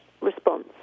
response